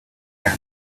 camp